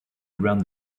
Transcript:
around